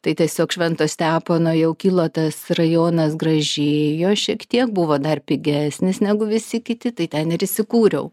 tai tiesiog švento stepono jau kilo tas rajonas gražėjo šiek tiek buvo dar pigesnis negu visi kiti tai ten ir įsikūriau